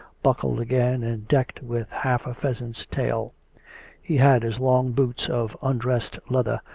buckled again, and decked with half a pheasant's tail he had his long boots of undressed leather,